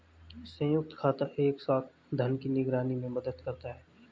संयुक्त खाता एक साथ धन की निगरानी में मदद करता है